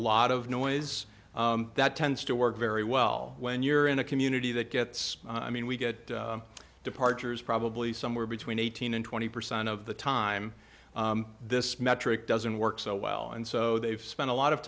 lot of noise that tends to work very well when you're in a community that gets i mean we get departures probably somewhere between eighteen and twenty percent of the time this metric doesn't work so well and so they've spent a lot of